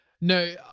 no